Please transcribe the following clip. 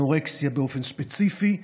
אנורקסיה באופן ספציפי,